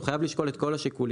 הוא חייב לשקול את כל השיקולים,